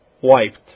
wiped